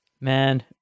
Man